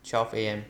twelve A_M